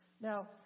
Now